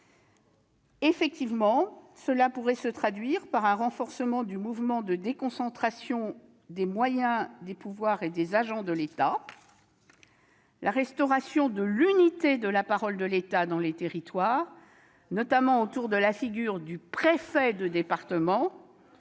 accélération pourrait se traduire par un renforcement du mouvement de déconcentration des moyens, des pouvoirs et des agents de l'État. La restauration de l'unité de la parole de l'État dans les territoires, notamment autour de la figure du préfet de département,